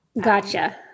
Gotcha